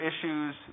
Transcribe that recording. issues